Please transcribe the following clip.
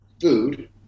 food